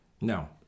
No